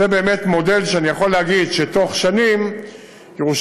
זה באמת מודל שאני יכול להגיד שבתוך שנים ירושלים